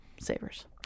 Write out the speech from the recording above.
savers